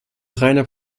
reiner